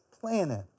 planet